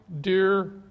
dear